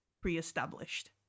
pre-established